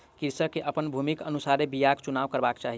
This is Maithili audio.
कृषक के अपन भूमिक अनुसारे बीयाक चुनाव करबाक चाही